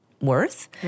worth